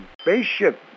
spaceship